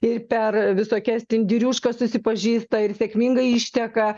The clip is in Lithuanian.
ir per visokias tindiriūškas susipažįsta ir sėkmingai išteka